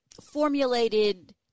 formulated